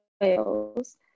Wales